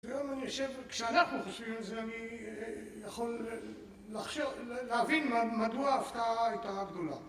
היום אני חושב, כשאנחנו חושבים את זה, אני יכול לחשוב, להבין מדוע ההפתעה הייתה גדולה.